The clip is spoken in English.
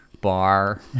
bar